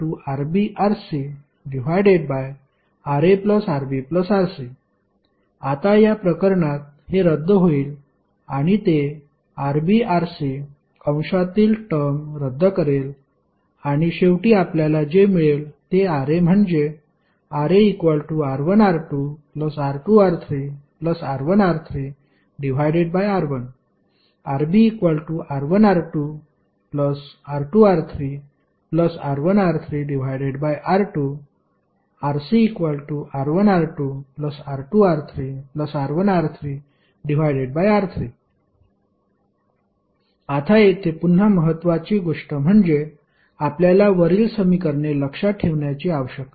R1RbRcRaRbRc आता या प्रकरणात हे रद्द होईल आणि ते Rb Rc अंशातील टर्म रद्द करेल आणि शेवटी आपल्याला जे मिळेल ते Ra म्हणजे RaR1R2R2R3R1R3R1 RbR1R2R2R3R1R3R2 RcR1R2R2R3R1R3R3 आता येथे पुन्हा महत्वाची गोष्ट म्हणजे आपल्याला वरील समीकरणे लक्षात ठेवण्याची आवश्यकता नाही